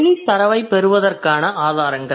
மொழித் தரவைப் பெறுவதற்கான ஆதாரங்கள்